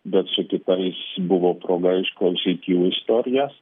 bet su kitais buvo proga išklausyti jų istoriją